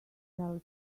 tells